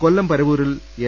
കൊല്ലം പരവൂരിൽ എൻ